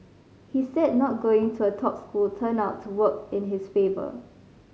he said not going to a top school turned out to work in his favour